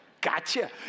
Gotcha